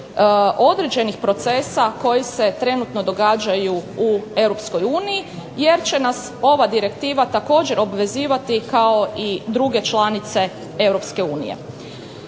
određenih procesa koji se trenutno događaju u Europskoj uniji jer će nas ova direktiva također obvezivati kao i druge članice